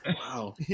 Wow